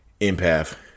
Empath